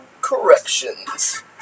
corrections